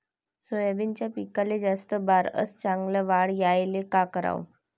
सोयाबीनच्या पिकाले जास्त बार अस चांगल्या वाढ यायले का कराव?